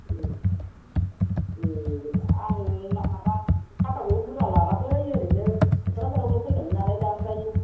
ए आं माबा थाखाखौबो बुरजा लाबोयाखै ओरैनो क'क्राझारावल' फैनायमोन नालाय दा ओमफ्राय